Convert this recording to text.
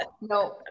no